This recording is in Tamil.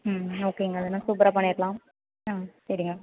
ம் ஓகேங்க அதெல்லாம் சூப்பராக பண்ணிடலாம் ம் சரிங்க